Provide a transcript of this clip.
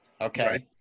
okay